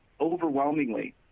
overwhelmingly